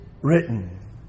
written